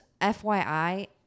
FYI